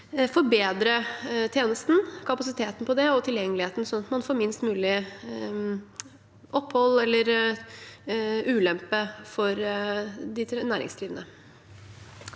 forbedre tjenesten, kapasiteten og tilgjengeligheten slik at man får minst mulig opphold eller ulempe for de næringsdrivende.